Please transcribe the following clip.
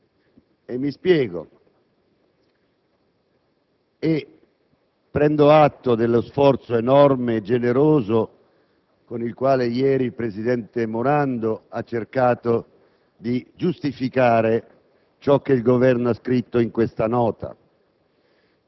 truffaldino. Prendo atto dello sforzo enorme e generoso con il quale ieri il presidente Morando ha cercato di giustificare ciò che il Governo ha scritto in questa Nota,